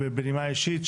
בנימה אישית,